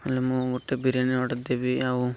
ହେଲେ ମୁଁ ଗୋଟେ ବିରିୟାନୀ ଅର୍ଡର ଦେବି ଆଉ